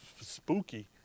spooky